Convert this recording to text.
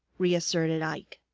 reasserted ike.